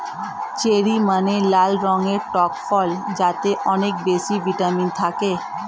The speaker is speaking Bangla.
চেরি মানে লাল রঙের টক ফল যাতে অনেক বেশি ভিটামিন থাকে